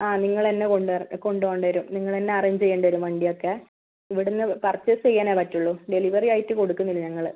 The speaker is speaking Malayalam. ആ നിങ്ങൾ തന്നെ കൊണ്ടര കൊണ്ടുപോകേണ്ടി വരും നിങ്ങൾ തന്നെ അറേഞ്ച് ചെയ്യേണ്ടി വരും വണ്ടിയൊക്കെ ഇവിടുന്ന് പർച്ചേസ് ചെയ്യാനേ പറ്റുള്ളൂ ഡെലിവറി ആയിട്ട് കൊടുക്കുന്നില്ല ഞങ്ങൾ